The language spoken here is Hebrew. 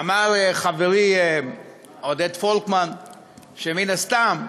אמר חברי רועי פולקמן שמן הסתם,